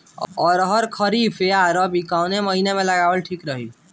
अरहर खरीफ या रबी कवने महीना में लगावल ठीक रही?